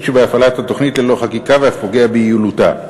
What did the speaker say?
שבהפעלת התוכנית ללא חקיקה ואף פוגע ביעילותה.